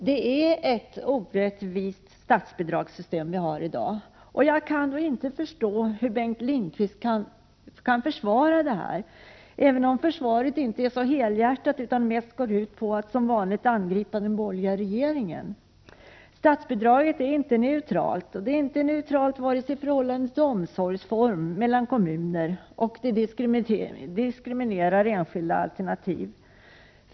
Herr talman! Det statsbidragssystem som vi har i dag är orättvist. Jag kan inte förstå hur Bengt Lindqvist kan försvara systemet, även om försvaret inte är så helhjärtat utan mest går ut på att som vanligt angripa den tidigare, borgerliga regeringen. Statsbidraget är inte neutralt vare sig i förhållande till omsorgsform eller mellan kommuner, och det diskriminerar enskilda alternativ.